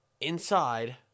inside